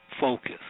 focus